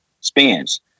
spins